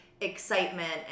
excitement